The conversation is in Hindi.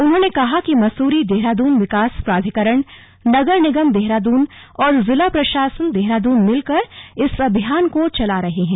उन्होंने कहा कि मसुरी देहरादून विकास प्राधिकरण नगर निगम देहरादून और जिला प्रशासन देहरादून मिलकर इस अभियान को चला रहे हैं